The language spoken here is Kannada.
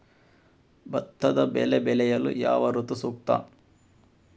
ಭತ್ತದ ಬೆಳೆ ಬೆಳೆಯಲು ಯಾವ ಋತು ಸೂಕ್ತ?